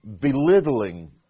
belittling